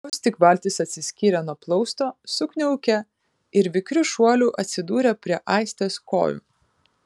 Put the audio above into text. vos tik valtis atsiskyrė nuo plausto sukniaukė ir vikriu šuoliu atsidūrė prie aistės kojų